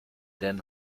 den